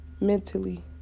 mentally